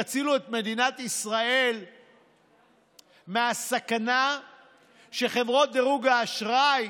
תצילו את מדינת ישראל מהסכנה שחברות דירוג האשראי